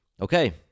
Okay